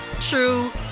true